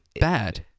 Bad